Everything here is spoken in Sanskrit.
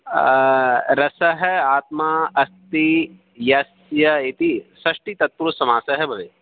रसः आत्मा अस्ति यस्य इति षष्ठी तत्पुरुषसमासः भवेत्